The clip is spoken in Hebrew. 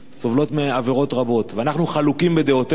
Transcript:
סובלות מעבירות רבות, ואנחנו חלוקים בדעותינו.